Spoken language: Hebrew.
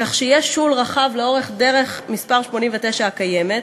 כך שיהיה שול רחב לאורך דרך מס' 89 הקיימת,